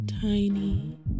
Tiny